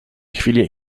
chwili